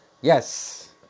Yes